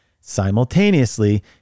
Simultaneously